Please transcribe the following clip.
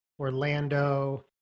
Orlando